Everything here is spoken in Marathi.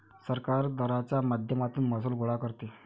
सरकार दराच्या माध्यमातून महसूल गोळा करते